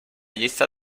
llista